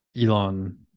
Elon